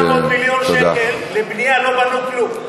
800 מיליון שקל ולא בנו כלום.